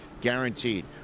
guaranteed